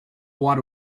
water